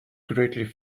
correctly